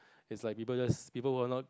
it's like people just people who are not